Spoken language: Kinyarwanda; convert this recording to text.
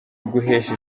uguhesha